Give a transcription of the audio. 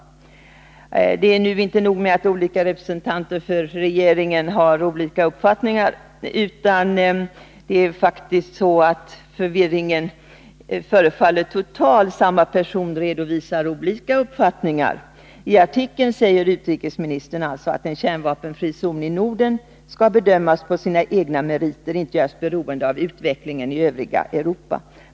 Det är inte nog med att olika representanter för regeringen framför olika uppfattningar, utan förvirringen förefaller vara så total att samma person redovisar olika uppfattningar. I artikeln säger utrikesministern att ”en kärnvapenfri zon i Norden skall bedömas på sina egna meriter och inte göras beroende av utvecklingen i övriga Europa”.